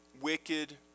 wicked